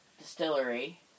Distillery